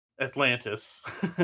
Atlantis